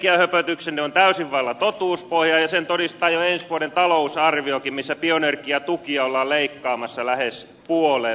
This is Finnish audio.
teidän bioenergiahöpötyksenne on täysin vailla totuuspohjaa ja sen todistaa jo ensi vuoden talousarviokin missä bioenergiatukia ollaan leikkaamassa lähes puoleen